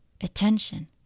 Attention